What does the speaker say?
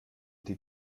die